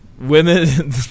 Women